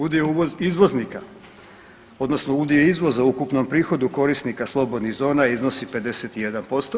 Udio izvoznika odnosno udio izvoza u ukupnom prihodu korisnika slobodnih zona iznosi 51%